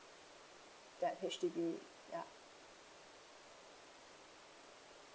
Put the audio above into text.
that H_D_B ya